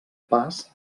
pas